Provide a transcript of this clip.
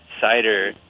cider